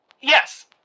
yes